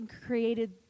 created